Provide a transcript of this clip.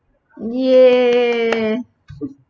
yeah